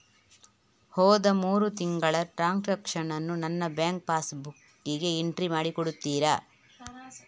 ಹೋದ ಮೂರು ತಿಂಗಳ ಟ್ರಾನ್ಸಾಕ್ಷನನ್ನು ನನ್ನ ಬ್ಯಾಂಕ್ ಪಾಸ್ ಬುಕ್ಕಿಗೆ ಎಂಟ್ರಿ ಮಾಡಿ ಕೊಡುತ್ತೀರಾ?